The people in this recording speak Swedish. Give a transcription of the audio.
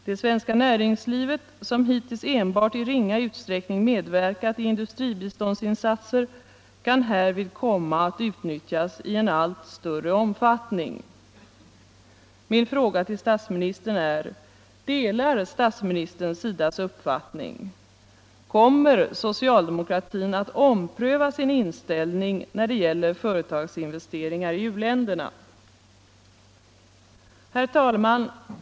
——-—- Det svenska näringslivet, som hittills enbart i ringa utsträckning medverkat i industribiståndsinsatser, kan härvid komma att utnyttjas i en allt större omfattning.” Min fråga till statsministern är: Delar statsministern SIDA:s uppfattning? Kommer socialdemokratin att ompröva sin inställning när det gäller företagsinvesteringar i u-länderna? Herr talman!